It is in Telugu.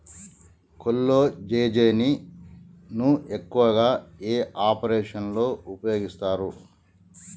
కొల్లాజెజేని ను ఎక్కువగా ఏ ఆపరేషన్లలో ఉపయోగిస్తారు?